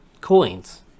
coins